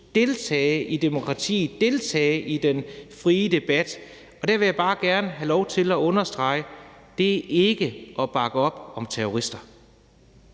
deltage i demokratiet og deltage i den frie debat. Der vil jeg bare gerne have lov til at understrege, at det ikke er at bakke op om terrorister.